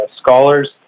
scholars